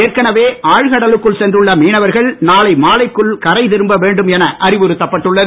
ஏற்கனவே ஆழ்கடலுக்குள் சென்றுள்ள மீனவர்கள் நாளை மாலைக்குள் கரை திரும்ப வேண்டும் என அறிவுறுத்தப்பட்டுள்ளது